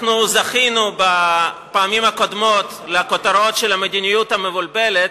אנחנו זכינו בפעמים הקודמות לכותרות של "המדיניות המבולבלת",